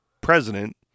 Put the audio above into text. president